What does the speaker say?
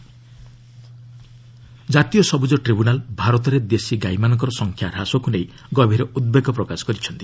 NGT କାଓ ଜାତୀୟ ସବୁଜ ଟ୍ରିବୁନାଲ୍ ଭାରତରେ ଦେଶୀ ଗାଇମାନଙ୍କର ସଂଖ୍ୟା ହ୍ରାସକୁ ନେଇ ଗଭୀର ଉଦ୍ବେଗ ପ୍ରକାଶ କରିଛନ୍ତି